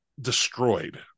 destroyed